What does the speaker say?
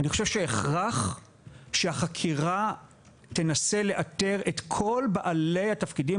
אני חושב שהכרח שהחקירה תנסה לאתר את כל בעלי התפקידים